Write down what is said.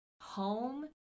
home